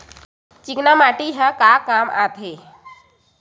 चिकना माटी ह का काम आथे?